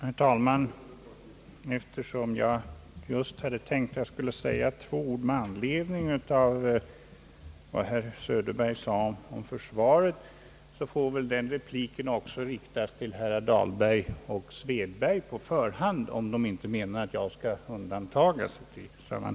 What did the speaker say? Herr talman! Eftersom jag just hade tänkt anföra några ord med anledning av vad herr Söderberg yttrade om försvaret, får väl den repliken också riktas till herrar Dahl och Svedberg, som instämde i den del av herr Söderbergs anförande som rörde försvaret.